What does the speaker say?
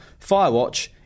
Firewatch